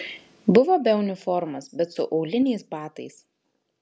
buvo be uniformos bet su auliniais batais